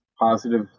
positive